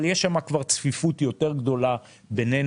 אבל יש שם כבר צפיפות יותר גדולה בינינו